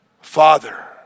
Father